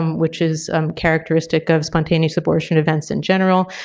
um which is characteristic of spontaneous abortion events in general.